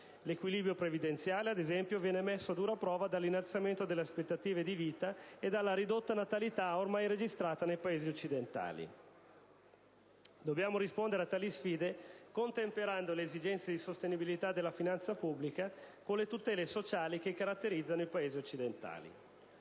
L'equilibrio previdenziale, ad esempio, viene messo a dura prova dall'innalzamento delle aspettative di vita e dalla ridotta natalità ormai registrata nei Paesi occidentali. Dobbiamo rispondere a tali sfide contemperando le esigenze di sostenibilità della finanza pubblica con le tutele sociali che caratterizzano i Paesi occidentali.